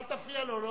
אל תפריע לו.